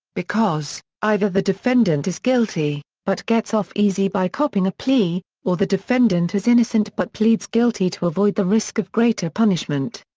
because either the defendant is guilty, but gets off easy by copping a plea, or the defendant is innocent but pleads guilty to avoid the risk of greater punishment.